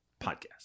podcast